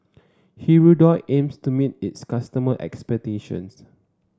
Hirudoid aims to meet its customers' expectations